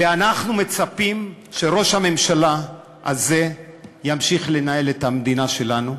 ואנחנו מצפים שראש הממשלה הזה ימשיך לנהל את המדינה שלנו?